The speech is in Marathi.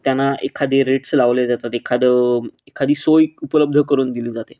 त्यांना एखादे रेट्स लावले जातात एखादं एखादी सोय उपलब्ध करून दिली जाते